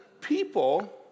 people